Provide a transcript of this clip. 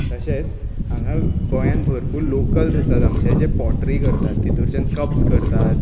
तशेंच हांगा गोयांत भरपूर लोकल्स आसात आमचे जे पॉटरी करतात तेतूंनच्यान कप्स करतात